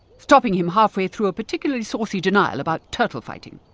stopping him halfway through a particularly saucy denial about turtle fighting.